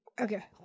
Okay